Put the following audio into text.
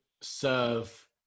serve